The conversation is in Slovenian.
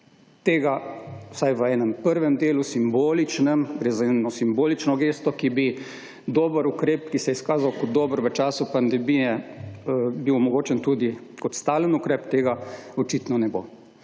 Tega vsaj v enem prvem delu, simboličnem, gre za eno simbolično gesto, ki bi, dober ukrep, ki se je izkazal kot dober v času pandemije, bil omogočen tudi kot stalen ukrep, tega očitno ne bo.